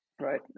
right